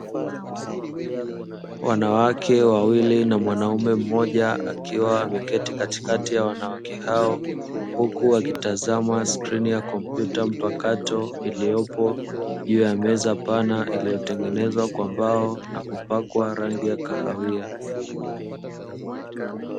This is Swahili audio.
Wanawake wawili na mwanaume mmoja akiwa ameketi katikati ya wanawake hao huku wakitazama skrini ya kompyuta mpakato iliyopo juu ya meza pana iliyotengenezwa kwa mbao na kupakwa rangi ya kahawia.